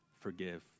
forgive